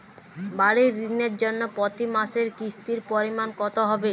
বাড়ীর ঋণের জন্য প্রতি মাসের কিস্তির পরিমাণ কত হবে?